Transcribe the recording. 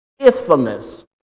faithfulness